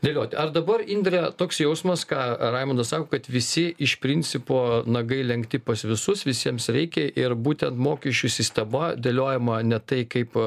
dėlioti ar dabar indre toks jausmas ką raimondas sako kad visi iš principo nagai lenkti pas visus visiems reikia ir būtent mokesčių sistema dėliojama ne tai kaip